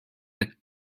the